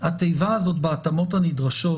שהתיבה הזאת "בהתאמות הנדרשות"